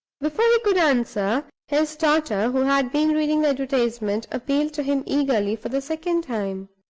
before could answer, his daughter, who had been reading the advertisement, appealed to him eagerly, for the second time.